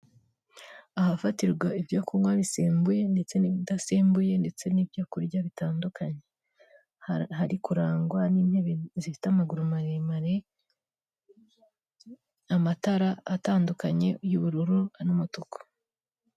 Ahafatirwa ibyo kunywa bisembuye ndetse n'ibidasembuye ndetse n'ibyo kurya bitandukanye, hari kurangwa n'intebe zifite amaguru maremare, amatara atandukanye y'ubururu n'umutuku.